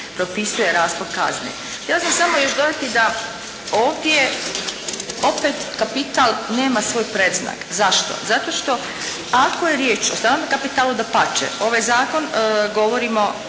propisuje raspon kazni. Htjela bih još samo dodati da ovdje opet kapital nema svoj predznak. Zašto? Zato što ako je riječ o stranom kapitalu dapače, ovaj zakon govorimo